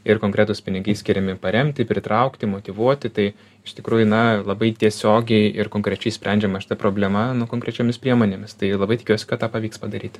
ir konkretūs pinigai skiriami paremti pritraukti motyvuoti tai iš tikrųjų na labai tiesiogiai ir konkrečiai sprendžiama šita problema konkrečiomis priemonėmis tai labai tikiuosi kad tą pavyks padaryti